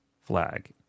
flag